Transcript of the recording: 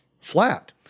flat